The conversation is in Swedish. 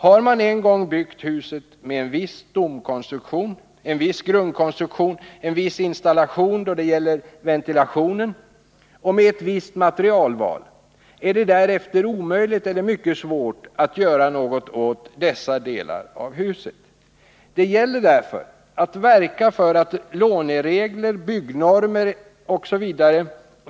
Har man en gång byggt huset med en viss stomkonstruktion, en viss grundkonstruktion, en viss installation då det gäller ventilationen och med ett visst materialval, är det därefter omöjligt eller mycket svårt att göra något åt dessa delar av huset. Det gäller därför att verka för att låneregler, byggnormer etc.